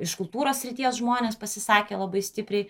iš kultūros srities žmonės pasisakė labai stipriai